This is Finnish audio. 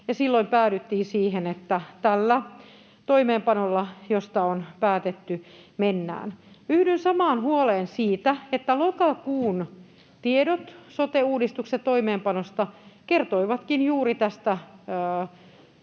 silloin päädyttiin siihen, että tällä toimeenpanolla, josta on päätetty, mennään. Yhdyn samaan huoleen siitä, että lokakuun tiedot sote-uudistuksen toimeenpanosta kertoivatkin juuri tästä Petteri